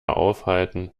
aufhalten